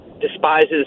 despises